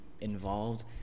involved